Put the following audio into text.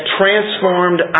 transformed